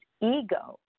ego